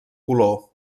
color